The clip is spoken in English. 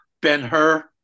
Ben-Hur